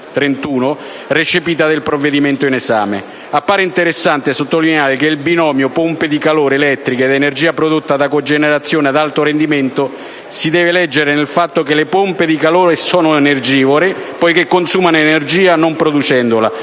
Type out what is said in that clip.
recepita nel provvedimento in esame. Appare interessante sottolineare che il binomio pompe di calore elettriche ed energia prodotta da cogenerazione ad alto rendimento si deve leggere nel fatto che le pompe di calore sono energivore poiché consumano energia non producendola;